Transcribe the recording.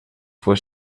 fue